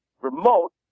remote